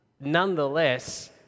nonetheless